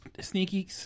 Sneaky